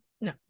no